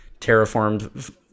terraformed